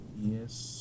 yes